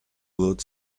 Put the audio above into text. blood